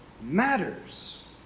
matters